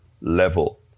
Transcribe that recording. level